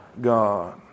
God